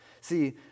See